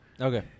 Okay